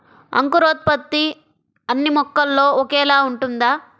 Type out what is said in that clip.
అంకురోత్పత్తి అన్నీ మొక్కలో ఒకేలా ఉంటుందా?